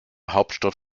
hauptstadt